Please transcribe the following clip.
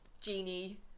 Genie